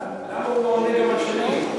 למה הוא לא עונה גם על שלי?